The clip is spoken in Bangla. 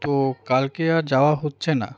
তো কালকে আর যাওয়া হচ্ছে না